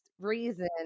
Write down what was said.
reason